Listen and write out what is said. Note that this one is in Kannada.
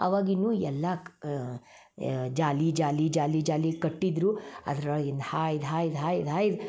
ಆವಾಗಿನ್ನು ಎಲ್ಲಾ ಜಾಲಿ ಜಾಲಿ ಜಾಲಿ ಜಾಲಿ ಕಟ್ಟಿದ್ದರು ಅದ್ರೊಳ್ಗಿಂದ ಹಾಯ್ದು ಹಾಯ್ದು ಹಾಯ್ದು ಹಾಯ್ದು